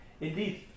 Indeed